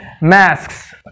masks